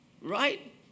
Right